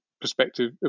perspective